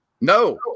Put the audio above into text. No